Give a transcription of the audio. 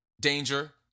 danger